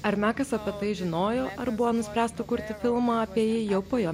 ar mekas apie tai žinojo ar buvo nuspręsta kurti filmą apie jį jau po jo